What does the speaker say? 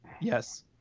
Yes